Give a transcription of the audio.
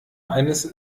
eines